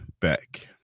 back